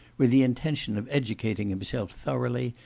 with the intention of educating himself thoroughly,